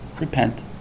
repent